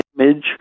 image